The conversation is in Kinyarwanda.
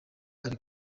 ari